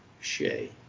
Shay